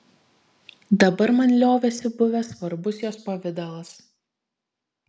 dabar man liovėsi buvęs svarbus jos pavidalas